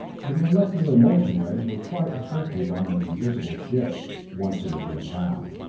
the molecular motion rays were quite effective on an invisible ship once it had been found.